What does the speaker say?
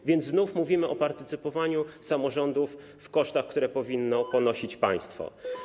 A więc znów mówimy o partycypowaniu samorządów w kosztach, które powinno ponosić państwo.